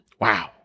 Wow